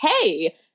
hey